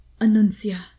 Annuncia